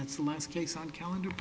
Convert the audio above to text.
that's the last case on calendar